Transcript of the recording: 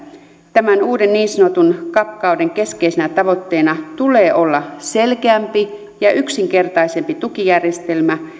tämän uuden niin sanotun cap kauden keskeisenä tavoitteena tulee olla selkeämpi ja yksinkertaisempi tukijärjestelmä